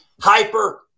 Hyper